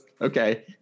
okay